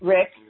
Rick